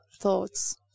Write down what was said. thoughts